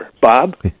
Bob